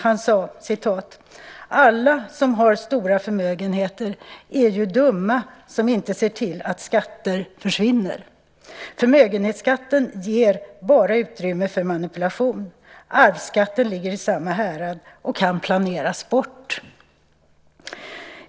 Han sade: Alla som har stora förmögenheter är ju dumma som inte ser till att skatter försvinner. Förmögenhetsskatten ger bara utrymme för manipulation. Arvsskatten ligger i samma härad och kan planeras bort.